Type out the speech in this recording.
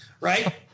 right